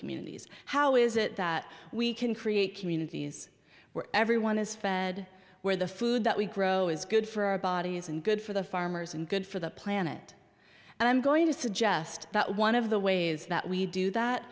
communities how is it that we can create communities where everyone is fed where the food that we grow is good for our bodies and good for the farmers and good for the planet and i'm going to suggest that one of the ways that we do that